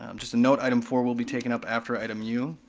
um just a note, item four will be taken up after item u.